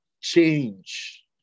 change